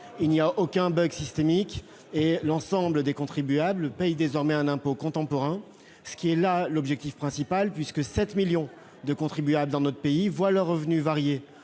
Il n'y a eu aucun systémique et l'ensemble des contribuables paient désormais un impôt contemporain, ce qui est l'objectif principal. En effet, 7 millions de contribuables français voient leurs revenus varier